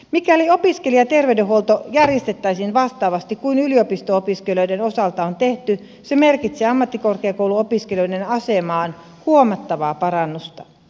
mikäli opiskelijaterveydenhuolto järjestettäisiin vastaavasti kuin yliopisto opiskelijoiden osalta on tehty se merkitsisi ammattikorkeakouluopiskelijoiden asemaan huomattavaa parannusta